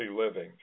living